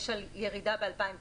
יש ירידה ב-2019,